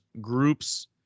groups